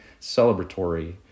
celebratory